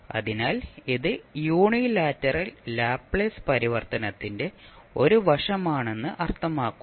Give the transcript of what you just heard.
അതിനാൽ ഇത് unilateral Laplace പരിവർത്തനത്തിന്റെ ഒരു വശമാണെന്ന് അർത്ഥമാക്കുന്നു